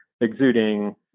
exuding